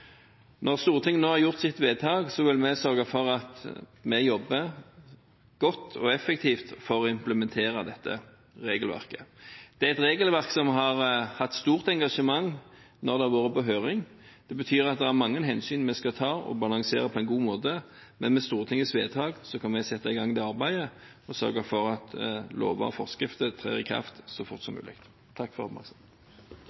Når Stortinget nå har gjort sitt vedtak, vil vi sørge for at vi jobber godt og effektivt for å implementere dette regelverket. Det er et regelverk som har hatt stort engasjement når det har vært på høring. Det betyr at det er mange hensyn vi skal ta, og som skal balanseres på en god måte. Men med Stortingets vedtak kan vi sette i gang dette arbeidet og sørge for at lover og forskrifter trer i kraft så fort som mulig.